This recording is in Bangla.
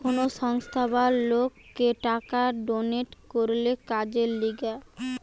কোন সংস্থা বা লোককে টাকা ডোনেট করলে কাজের লিগে